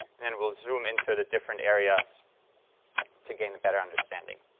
and then we'll zoom into the different areas to gain a better understanding.